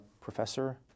professor